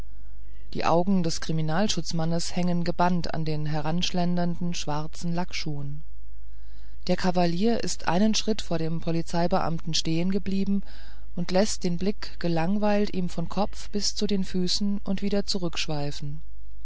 die augen des kriminalschutzmannes hängen gebannt an den heranschlendernden schwarzen lackschuhen der kavalier ist einen schritt vor dem polizeibeamten stehen geblieben und läßt den blick gelangweilt ihm von kopf bis zu den füßen und wieder zurückschweifen